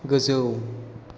गोजौ